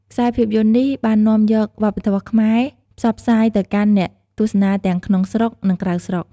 ខ្សែរភាពយន្តនេះបាននាំយក វប្បធម៌ខ្មែរផ្សព្វផ្សាយទៅកាន់អ្នកទស្សនាទាំងក្នុងស្រុក និងក្រៅស្រុក ។